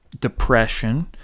depression